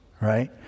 right